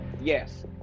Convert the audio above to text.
yes